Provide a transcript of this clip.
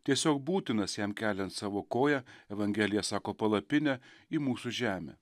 tiesiog būtinas jam keliant savo koją evangelija sako palapinę į mūsų žemę